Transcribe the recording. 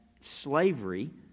slavery